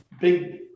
big